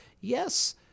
yes-